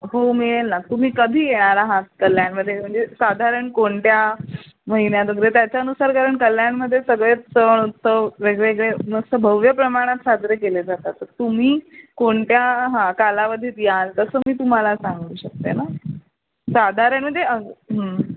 हो मिळेल ना तुम्ही कधी येणार आहात कल्याणमध्ये म्हणजे साधारण कोणत्या महिन्यात वगैरे त्याच्यानुसार कारण कल्याणमध्ये सगळेच सण उत्सव वेगवेगळे मस्त भव्य प्रमाणात साजरे केले जात तर तुम्ही कोणत्या हां कालावधीत याल तसं मी तुम्हाला सांगू शकते ना साधारण म्हणजे हं